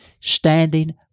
standing